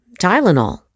Tylenol